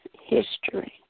history